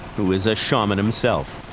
who is a shaman himself.